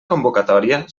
convocatòria